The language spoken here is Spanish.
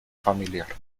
familiar